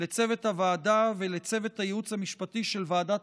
לצוות הוועדה ולצוות הייעוץ המשפטי של ועדת